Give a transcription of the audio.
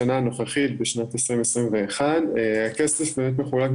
המנהלת, כסוג של תיק השקעות.